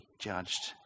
judged